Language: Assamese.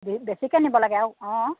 বেছিকৈ নিব লাগে আৰু অঁ